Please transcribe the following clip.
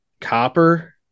copper